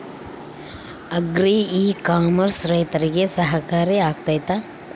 Agri e commerce ರೈತರಿಗೆ ಸಹಕಾರಿ ಆಗ್ತೈತಾ?